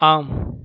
ஆம்